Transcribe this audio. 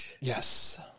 Yes